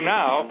now